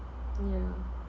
yeah